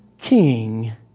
King